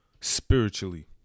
spiritually